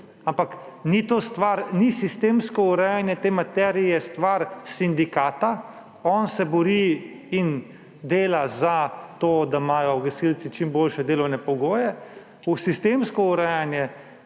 Ampak sistemsko urejanje te materije ni stvar sindikata. On se bori in dela za to, da imajo gasilci čim boljše delovne pogoje, sistemsko urejanje